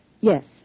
Yes